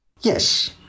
Yes